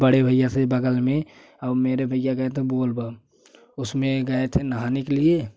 बड़े भैया से बग़ल में और मेरे भैया गए थे बोलबा उसमें गए थे नहाने के लिए